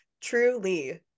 truly